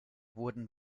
wurden